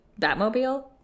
Batmobile